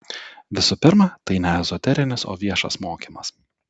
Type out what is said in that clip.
visų pirma tai ne ezoterinis o viešas mokymas